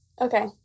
Okay